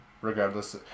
regardless